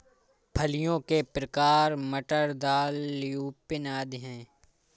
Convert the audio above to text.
फलियों के प्रकार मटर, दाल, ल्यूपिन आदि हैं